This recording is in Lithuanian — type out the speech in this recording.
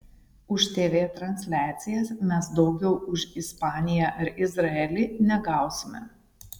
už tv transliacijas mes daugiau už ispaniją ar izraelį negausime